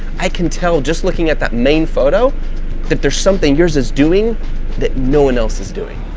i can tell just looking at that main photo that there's something yours is doing that no one else is doing,